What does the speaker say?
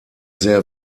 sehr